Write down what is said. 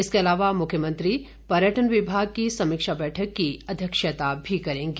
इसके अलावा मुख्यमंत्री पर्यटन विभाग की समीक्षा बैठक की अध्यक्षता भी करेंगे